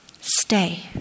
stay